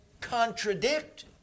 contradict